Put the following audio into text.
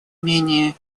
менее